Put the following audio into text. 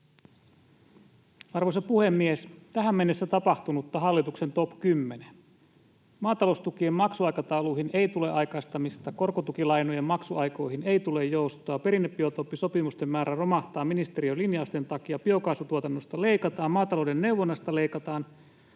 Arvoisa puhemies! Tähän mennessä tapahtunutta — hallituksen top 10: Maataloustukien maksuaikatauluihin ei tule aikaistamista. Korkotukilainojen maksuaikoihin ei tule joustoa. Perinnebiotooppisopimusten määrä romahtaa ministeriön linjausten takia. Biokaasutuotannosta leikataan. Maatalouden neuvonnasta leikataan.